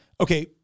Okay